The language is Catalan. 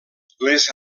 les